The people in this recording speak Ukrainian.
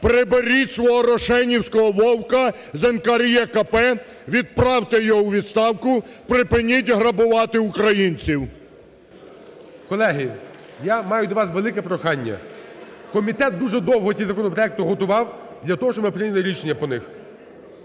Приберіть свого "рошенівського Вовка" з НКРЕКП, відправте його у відставку, припиніть грабувати українців. ГОЛОВУЮЧИЙ. Колеги, я маю до вас велике прохання. Комітет дуже довго ці законопроекти готував для того, щоб ми прийняли рішення по них.